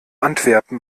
antwerpen